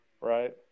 right